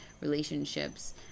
relationships